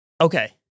Okay